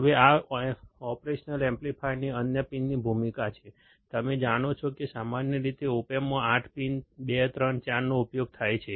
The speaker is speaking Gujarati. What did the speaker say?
હવે આ ઓપરેશનલ એમ્પ્લીફાયરની અન્ય પિનની ભૂમિકા છે તમે જાણો છો કે સામાન્ય રીતે ઓપ એમ્પમાં 8 પિન 2 3 4 નો ઉપયોગ થાય છે